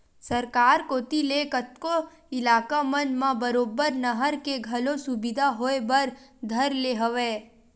सरकार कोती ले कतको इलाका मन म बरोबर नहर के घलो सुबिधा होय बर धर ले हवय